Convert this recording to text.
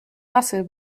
rassel